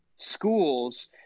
schools